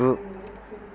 गु